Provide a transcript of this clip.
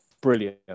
Brilliant